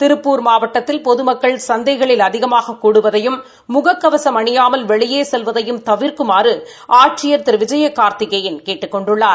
திருப்பூர் மாவட்டத்தில் பொதுமக்கள் சந்தைகளில் அதிகமாக கூடுவதையும் முக கவசம் அணியாமல் வெளியே செல்வதையும் தவிர்க்குமாறு ஆட்சியர் திரு விஜய கார்த்திகேயன் கேட்டுக் கொண்டுள்ளார்